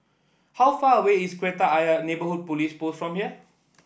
how far away is Kreta Ayer Neighbourhood Police Post from here